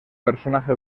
personaje